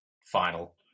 final